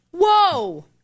Whoa